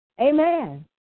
Amen